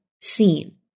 seen